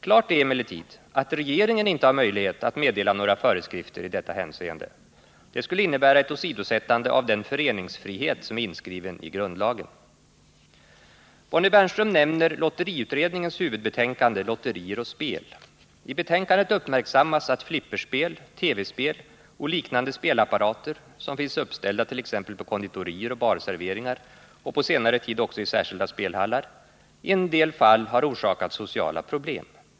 Klart är emellertid att regeringen inte har möjlighet att meddela några föreskrifter i detta hänseende. Det skulle innebära ett åsidosättande av den föreningsfrihet som är inskriven i grundlagen. Bonnie Bernström nämner lotteriutredningens huvudbetänkande Lotterier och spel. I betänkandet uppmärksammas att flipperspel, TV-spel och liknande spelapparater som finns uppställda t.ex. på konditorier och barserveringar och på senare tid också i särskilda spelhallar i en del fall har orsakat sociala problem.